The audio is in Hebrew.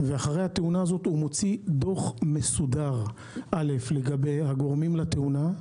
ואחרי זה הוא מוציא דוח מסודר לגבי הגורמים לתאונה,